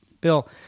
Bill